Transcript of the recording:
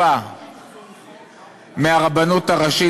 דוחה את זה לתשובה והצבעה במועד אחר,